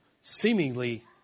seemingly